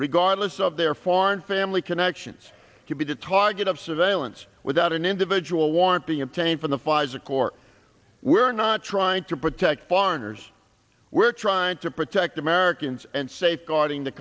regardless of their foreign family connections can be the target of surveillance without an individual warrant being obtained from the pfizer court we're not trying to protect foreigners we're trying to protect americans and safeguarding the